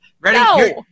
ready